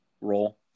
role